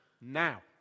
now